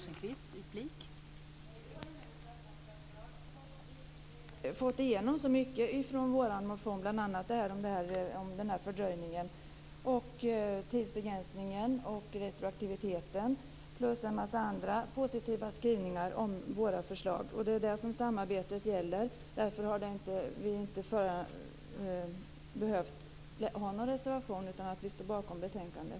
Fru talman! Vi har ingen reservation eftersom vi har fått igenom så mycket från vår motion, bl.a. detta om fördröjningen, tidsbegränsningen och retroaktiviteten. Dessutom finns det en massa andra positiva skrivningar om våra förslag. Det är detta som samarbetet gäller. Därför har vi inte behövt ha någon reservation. Vi står bakom betänkandet.